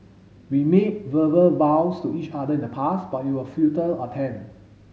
we made verbal vows to each other in the past but it was futile attempt